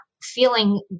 Feeling